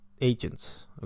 agents